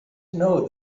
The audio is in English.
know